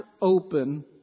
open